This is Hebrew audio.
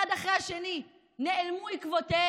אחד אחרי השני נעלמו עקבותיהם,